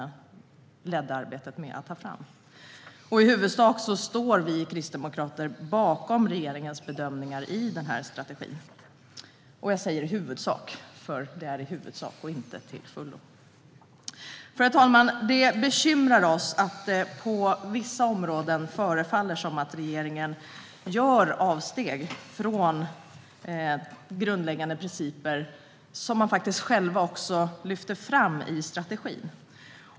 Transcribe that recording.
Kristdemokraterna står i huvudsak bakom regeringens bedömningar i strategin. Jag säger "i huvudsak", för vi står inte bakom dem till fullo. Herr talman! Det bekymrar oss nämligen att det på vissa områden förefaller som om regeringen gör avsteg från grundläggande principer som man själv lyfter fram i strategin.